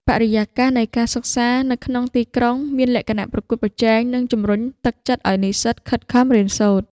បរិយាកាសនៃការសិក្សានៅក្នុងទីក្រុងមានលក្ខណៈប្រកួតប្រជែងនិងជំរុញទឹកចិត្តឱ្យនិស្សិតខិតខំរៀនសូត្រ។